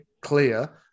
clear